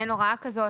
שאין הוראה כזאת.